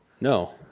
No